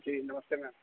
जी नमस्ते मैम